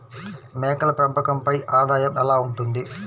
మేకల పెంపకంపై ఆదాయం ఎలా ఉంటుంది?